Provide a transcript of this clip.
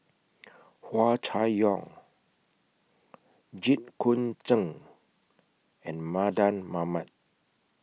Hua Chai Yong Jit Koon Ch'ng and Mardan Mamat